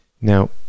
Now